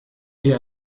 wir